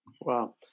wow